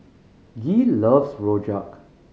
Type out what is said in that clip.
Gee loves rojak